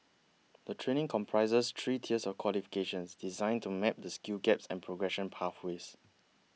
the training comprises three tiers of qualifications designed to map the skills gaps and progression pathways